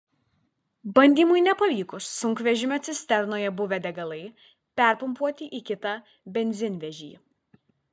bandymui nepavykus sunkvežimio cisternoje buvę degalai perpumpuoti į kitą benzinvežį